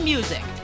Music